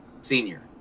senior